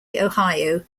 ohio